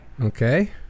Okay